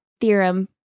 theorem